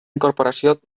incorporació